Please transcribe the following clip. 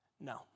No